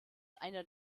einer